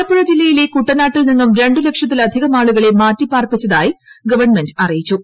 ആലപ്പുഴ ജില്ലയിലെ കൂട്ടനാട്ടിൽ നിന്നും ര ൂലക്ഷത്തിലധികം ആളുകളെ മാറ്റിപ്പാർപ്പിച്ചതായി ഗവൺമെന്റ് അറിയിച്ചു